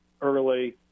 early